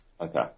Okay